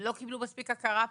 שלא קיבלו מספיק הכרה פה.